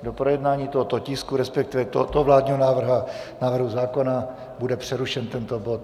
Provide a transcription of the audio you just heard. Do projednání tohoto tisku respektive tohoto vládního návrhu zákona bude přerušen tento bod.